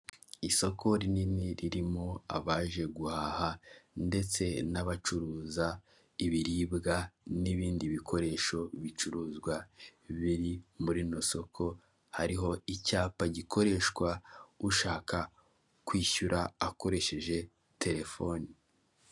Isoko rinini ririmo abaje guhaha ndetse n'abacuruza ibiribwa n'ibindi bikoresho ,ibicuruzwa biri mur isoko hariho icyapa gikoreshwa ushaka kwishyura akoresheje telefoni .